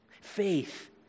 Faith